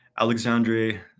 alexandre